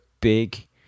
big